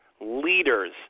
leaders